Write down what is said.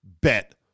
bet